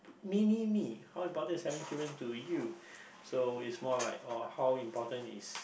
mini me how important is having children to you so it's more oh how important is